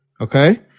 okay